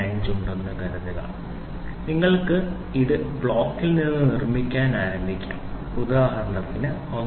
545 ഉണ്ടെന്ന് കരുതുക നിങ്ങൾക്ക് ഇത് ബ്ലോക്കിൽ നിന്ന് നിർമ്മിക്കാൻ ആരംഭിക്കാം ഉദാഹരണത്തിന് 1